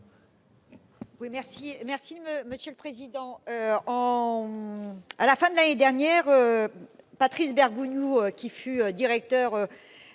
merci, monsieur le président,